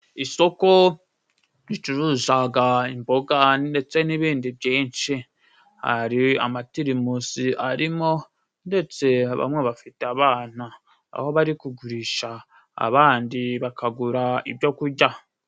Isoko ricuruzaga imboga ndetse n'ibindi byinshi, hari amatirimusi arimo ndetse bamwe bafite abana aho bari kugurisha abandi bakagura ibyo kurya.